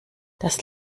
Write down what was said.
das